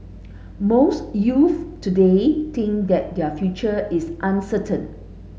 most youths today think that their future is uncertain